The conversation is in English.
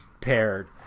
paired